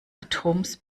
atoms